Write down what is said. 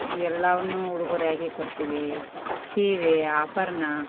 ಇವೆಲ್ಲವನ್ನು ಉಡುಗೊರೆಯಾಗಿ ಕೊಡ್ತೀವಿ ಸೀರೆ ಆಭರಣ